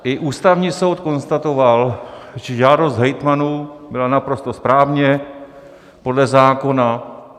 I Ústavní soud konstatoval, že žádost hejtmanů byla naprosto správně podle zákona.